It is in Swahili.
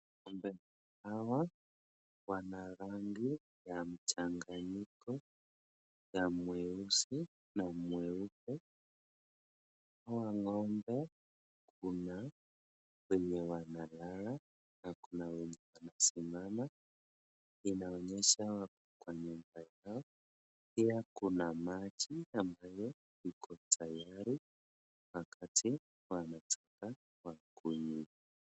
ngombe hawa wana rangi ya mchanganyiko ya mweusi na mweupe. Hawa ngombe kuna wenye wanalala na kuna wenye wanasimama. Inaonyesha wako kwenye nyumba yao. Pia kuna maji ambayo iko tayari wakati wanataka kunywa.